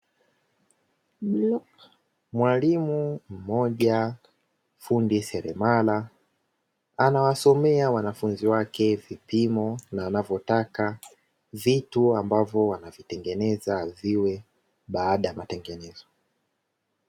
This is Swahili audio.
Mwalimu mmoja fundi selemala anawasomea wanafunzi wake vipimo na anavyotaka vitu ambavyo wanavitengeneza viwe baada ya matengenezo.